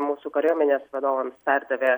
mūsų kariuomenės vadovams perdavė